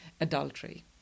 adultery